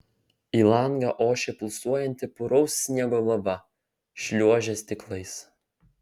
į langą ošė pulsuojanti puraus sniego lava šliuožė stiklais